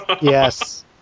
Yes